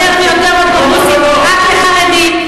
יותר ויותר אוטובוסים רק לחרדים.